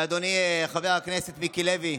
אדוני חבר הכנסת מיקי לוי,